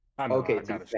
Okay